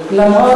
ואני לא מתכוון